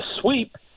sweep